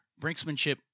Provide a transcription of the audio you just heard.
brinksmanship